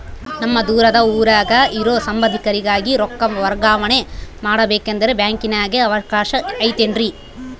ನಮ್ಮ ದೂರದ ಊರಾಗ ಇರೋ ಸಂಬಂಧಿಕರಿಗೆ ರೊಕ್ಕ ವರ್ಗಾವಣೆ ಮಾಡಬೇಕೆಂದರೆ ಬ್ಯಾಂಕಿನಾಗೆ ಅವಕಾಶ ಐತೇನ್ರಿ?